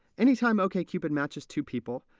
any time okcupid matches two people,